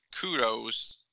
kudos